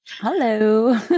Hello